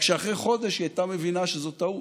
רק שאחרי חודש היא הייתה מבינה שזאת טעות.